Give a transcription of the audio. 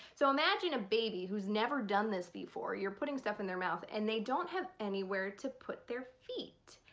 so imagine a baby, who's never done this before. you're putting stuff in their mouth and they don't have anywhere to put their feet.